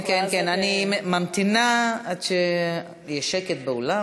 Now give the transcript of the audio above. אני ממתינה עד שיהיה שקט באולם.